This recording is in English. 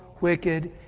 wicked